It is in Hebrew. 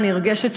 נרגשת,